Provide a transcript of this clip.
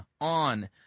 on